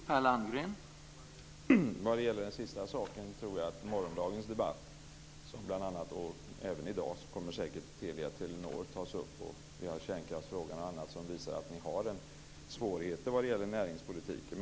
Herr talman! När det gäller den sista saken tror jag att i morgondagens debatt - och även i dagens - kommer säkert affären med Telia-Telenor att tas upp. Vi har också bl.a. kärnkraftsfrågan som visar att ni har svårigheter med näringspolitiken.